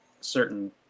certain